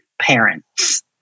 parents